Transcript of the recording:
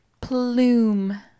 Plume